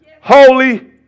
holy